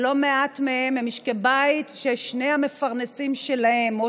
לא מעט מהם הם משקי בית ששני המפרנסים שלהם או